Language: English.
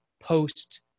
post